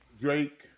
Drake